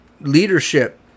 leadership